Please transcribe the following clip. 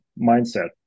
mindset